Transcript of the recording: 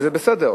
וזה בסדר.